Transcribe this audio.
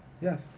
Yes